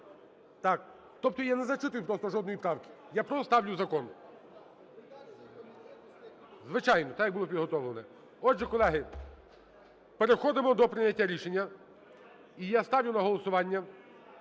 Тобто я не зачитую просто жодної правки, я просто ставлю закон. Звичайно, так буде підготовлене. Отже, колеги, переходимо до прийняття рішення. І я ставлю на голосування